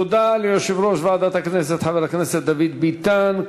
תודה ליושב-ראש ועדת הכנסת חבר הכנסת דוד ביטן.